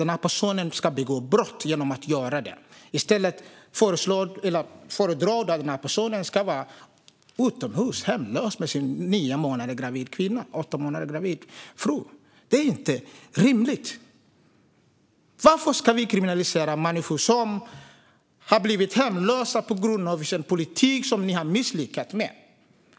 Genom att göra det begår alltså den här personen ett brott. Men ska personen i stället vara hemlös, utomhus, med sin fru som är gravid i åttonde månaden? Det är inte rimligt! Varför ska vi kriminalisera människor som har blivit hemlösa på grund av den politik som ni har misslyckats med?